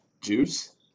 Juice